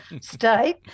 state